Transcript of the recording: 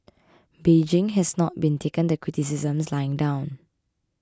Beijing has not been taken the criticisms lying down